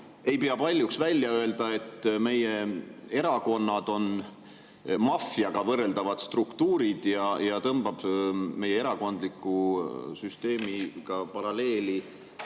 ei pea paljuks välja öelda, et meie erakonnad on maffiaga võrreldavad struktuurid, ja tõmbab meie erakondliku süsteemi puhul paralleeli